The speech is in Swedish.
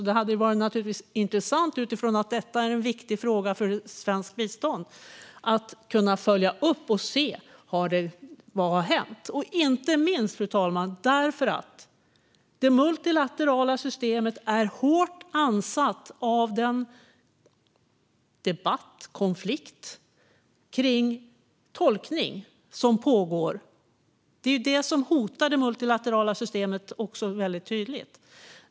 Det är en viktig fråga för svenskt bistånd, och det hade varit intressant att kunna följa upp detta och se vad som har hänt. Fru talman! Inte minst är detta viktigt eftersom det multilaterala systemet är hårt ansatt av den debatt och konflikt som finns gällande tolkning. Detta hotar det multilaterala systemet väldigt tydligt.